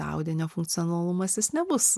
audinio funkcionalumas jis nebus